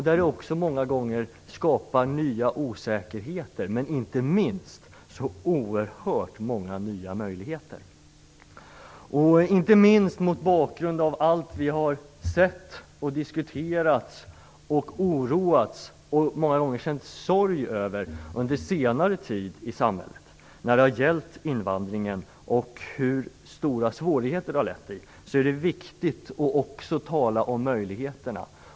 Detta skapar många gånger nya osäkerheter, men också så oerhört många nya möjligheter. Inte minst mot bakgrund av det vi har sett och diskuterat, oroats för och många gånger känt sorg över under senare tid i samhället när det har gällt invandringen och hur stora svårigheter den har lett till, är det viktigt att också tala om möjligheterna.